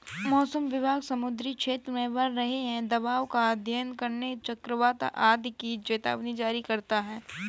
मौसम विभाग समुद्री क्षेत्र में बन रहे दबाव का अध्ययन करके चक्रवात आदि की चेतावनी जारी करता है